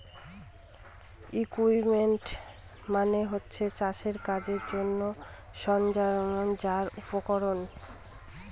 equipment মানে হচ্ছে চাষের কাজের জন্যে সরঞ্জাম আর উপকরণ